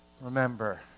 Remember